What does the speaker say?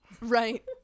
Right